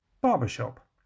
Barbershop